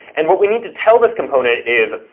and what we need to tell this component is,